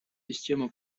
система